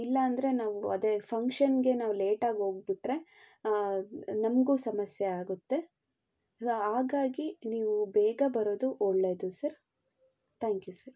ಇಲ್ಲ ಅಂದರೆ ನಾವು ಅದೇ ಫಂಕ್ಷನ್ನಿಗೆ ನಾವು ಲೇಟಾಗಿ ಹೋಗ್ಬಿಟ್ರೆ ನಮಗೂ ಸಮಸ್ಯೆ ಆಗುತ್ತೆ ಸೊ ಹಾಗಾಗಿ ನೀವು ಬೇಗ ಬರೋದು ಒಳ್ಳೇದು ಸರ್ ಥ್ಯಾಂಕ್ ಯು ಸರ್